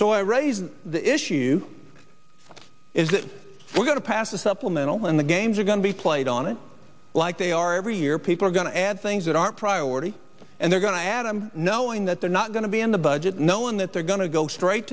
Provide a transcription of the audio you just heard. so i raised the issue is that we're going to pass a supplemental and the games are going to be played on it like they are every year people are going to add things that are priority and they're going to add i'm knowing that they're not going to be in the budget knowing that they're going to go straight